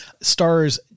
stars